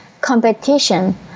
competition